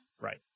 Right